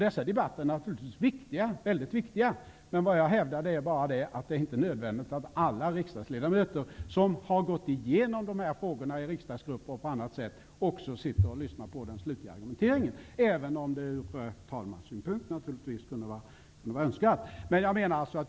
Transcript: Dessa debatter är naturligtvis mycket viktiga. Men jag vill hävda att det inte är nödvändigt att alla riksdagsledamöter, som har gått igenom dessa frågor i riksdagsgruppen och på annat sätt, också sitter och lyssnar på den slutliga argumenteringen, även om det från talmannens synpunkt kunde vara önskvärt.